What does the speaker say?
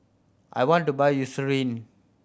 I want to buy Eucerin